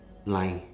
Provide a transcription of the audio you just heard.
line